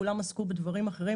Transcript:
כולם עסקו בדברים אחרים,